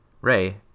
Ray